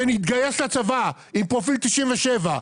שהתגייס לצבא עם פרופיל 97,